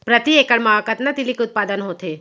प्रति एकड़ मा कतना तिलि के उत्पादन होथे?